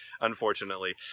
unfortunately